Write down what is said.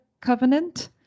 Covenant